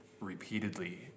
repeatedly